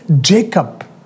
Jacob